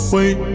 Wait